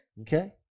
Okay